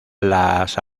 las